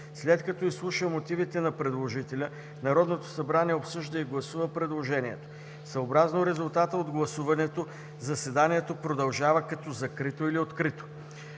След като изслуша мотивите на предложителя, Народното събрание обсъжда и гласува предложението. Съобразно резултата от гласуването заседанието продължава като закрито или открито.